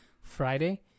Friday